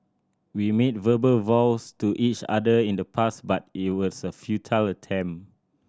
we made verbal vows to each other in the past but it was a futile attempt